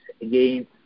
again